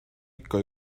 ikka